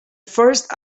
first